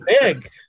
big